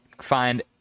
find